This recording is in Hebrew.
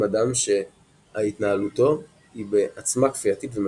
אדם שהתנהלותו היא בעצמה כפייתית ומכורה.